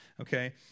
okay